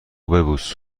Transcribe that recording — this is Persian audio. ببوس